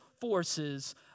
forces